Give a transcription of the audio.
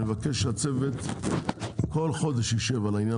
אני מבקש שהצוות כל חודש יישב על העניין